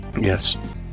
Yes